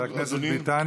חבר הכנסת ביטן,